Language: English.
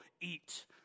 eat